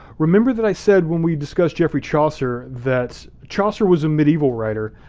remember that i said when we discussed geoffrey chaucer that chaucer was a medieval writer,